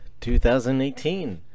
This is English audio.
2018